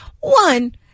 One